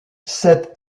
cette